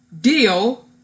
Deal